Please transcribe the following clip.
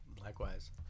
Likewise